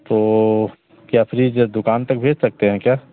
तो क्या फ्रिज दुकान तक भेज सकते हैं क्या